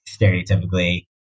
stereotypically